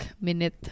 minute